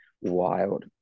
wild